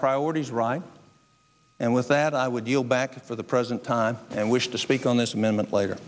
priorities right and with that i would yield back for the present time and wish to speak on this amendment later